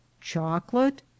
Chocolate